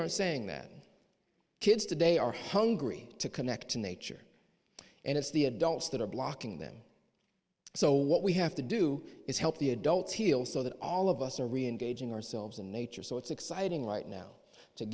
are saying that kids today are hungry to connect to nature and it's the adults that are blocking them so what we have to do is help the adults heal so that all of us are reengaging ourselves in nature so it's exciting right now to